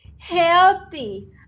healthy